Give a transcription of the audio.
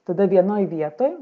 tada vienoj vietoj